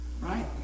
Right